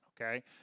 Okay